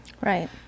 right